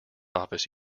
office